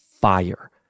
fire